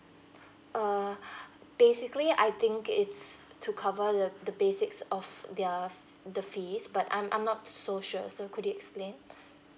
uh basically I think it's to cover the the basics of their the fees but I'm I'm not so sure so could you explain